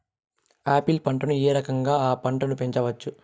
Apple పంటను ఏ రకంగా అ పంట ను పెంచవచ్చు?